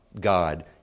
God